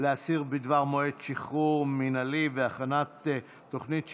לאסיר בדבר מועד שחרור מינהלי והכנת תוכנית שיקום),